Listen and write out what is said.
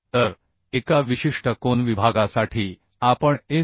तर एका विशिष्ट कोन विभागासाठी आपण एस